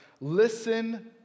Listen